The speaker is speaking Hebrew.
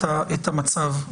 השנייה,